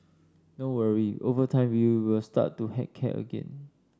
don't worry over time you will start to heck care again